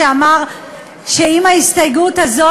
שאמר שאם ההסתייגות הזאת,